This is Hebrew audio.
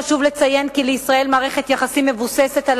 חשוב לציין כי לישראל מערכת יחסים מבוססת על